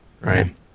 right